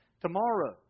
tomorrow